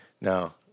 Now